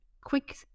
quick